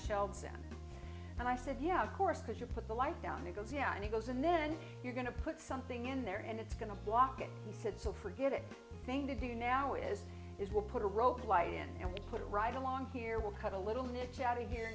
shelves in and i said yeah of course because you put the light down and he goes yeah and he goes and then you're going to put something in there and it's going to block it he said so forget it thing to do now is it will put a rope light in and put it right along here will cut a little niche out of here